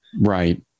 Right